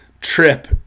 trip